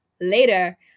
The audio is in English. later